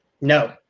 no